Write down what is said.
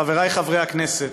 חברי חברי הכנסת,